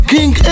King